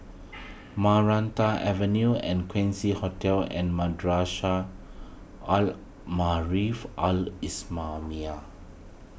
Maranta Avenue and Quincy Hotel and Madrasah Al Maarif Al Islamiah